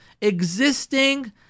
existing